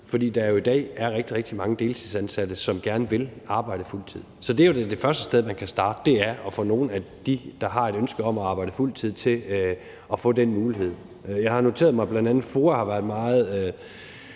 fordi der i dag er rigtig, rigtig mange deltidsansatte, som gerne vil arbejde fuld tid. Så det er jo det første sted, man kan starte: at få nogle af dem, der har et ønske om at arbejde fuld tid, til at få den mulighed. Jeg har noteret mig, at bl.a. FOA har taget meget